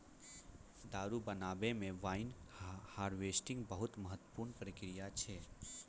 दारु बनाबै मे वाइन हार्वेस्टिंग बहुते महत्वपूर्ण प्रक्रिया छै